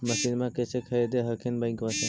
मसिनमा कैसे खरीदे हखिन बैंकबा से?